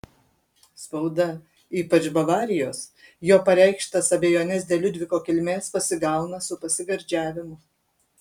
spauda ypač bavarijos jo pareikštas abejones dėl liudviko kilmės pasigauna su pasigardžiavimu